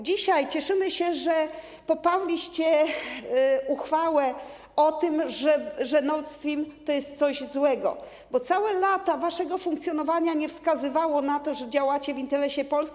Dzisiaj cieszymy się, że poparliście uchwałę o tym, że Nord Stream to jest coś złego, bo całe lata waszego funkcjonowania nie wskazywały na to, że działacie w interesie Polski.